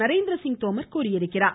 நரேந்திரசிங் தோமர் தெரிவித்துள்ளார்